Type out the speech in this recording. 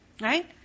Right